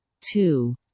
two